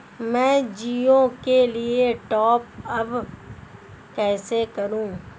मैं जिओ के लिए टॉप अप कैसे करूँ?